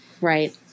right